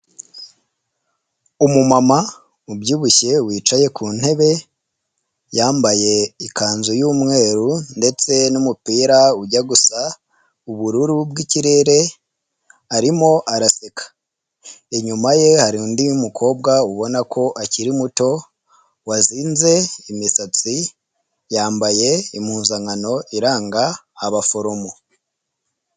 Umumama ubyibushye wicaye ku ntebe yambaye ikanzu y'umweru ndetse n'umupira ujya gusa ubururu bw'ikirere arimo araseka, inyuma ye hari undi mukobwa ubona ko akiri muto wazinze imisatsi yambaye impuzankano iranga abaforomo.